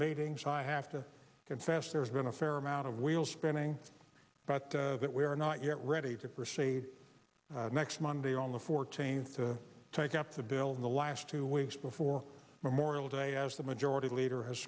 meeting so i have to confess there's been a fair amount of wheels spinning but that we are not yet ready to proceed next monday on the fourteenth to take up the bill in the last two weeks before memorial day as the majority leader has